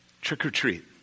Trick-or-treat